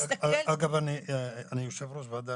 אגב, אני יושב ראש ועדת